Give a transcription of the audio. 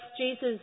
Jesus